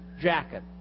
jacket